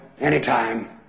anytime